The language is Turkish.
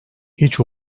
hiç